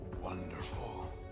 Wonderful